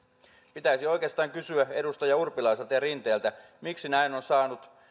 pitäisi oikeastaan kysyä edustaja urpilaiselta ja rinteeltä miksi näin on saanut